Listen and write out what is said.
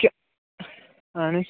کہِ اَہَن حظ